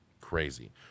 Crazy